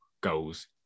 goals